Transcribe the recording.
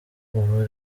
ubu